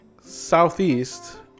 southeast